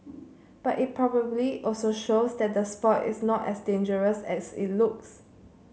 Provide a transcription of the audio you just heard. but it probably also shows that the sport is not as dangerous as it looks